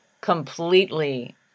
completely